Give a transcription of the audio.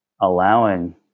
allowing